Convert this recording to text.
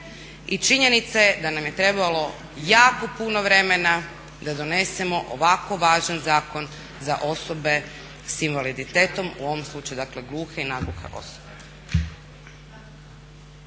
i činjenica je da nam je trebalo jako puno vremena da donesemo ovako važan zakon za osobe sa invaliditetom, u ovom slučaju, dakle gluhe i nagluhe osobe.